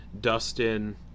Dustin